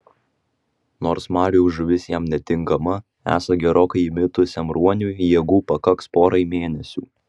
nors marių žuvis jam netinkama esą gerokai įmitusiam ruoniui jėgų pakaks porai mėnesių